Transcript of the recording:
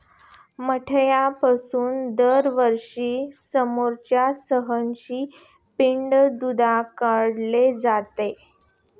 मेंढ्यांपासून दरवर्षी सुमारे सहाशे पौंड दूध काढले जाते